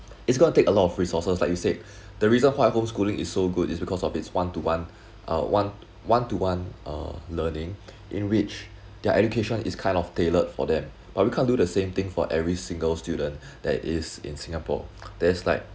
it's gonna take a lot of resources like you said the reason why home schooling is so good is because of it's one to one uh one one two one uh learning in which their education is kind of tailored for them but we can't do the same thing for every single student that is in singapore there's like